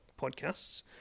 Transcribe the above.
podcasts